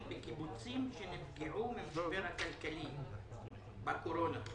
בקיבוצים שנפגעו מהמשבר הכלכלי בקורונה.